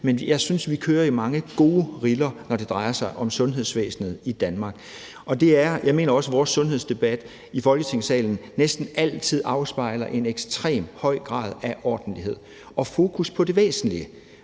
Men jeg synes, at vi kører i mange gode riller, når det drejer sig om sundhedsvæsenet i Danmark, og jeg mener også, at vores sundhedsdebat i Folketingssalen næsten altid afspejler en ekstremt høj grad af ordentlighed og et fokus på det væsentlige.